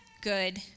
Good